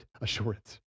assurance